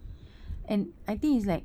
and I think it's like